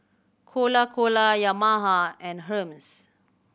Cola Cola Yamaha and Hermes